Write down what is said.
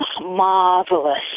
marvelous